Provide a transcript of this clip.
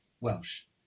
Welsh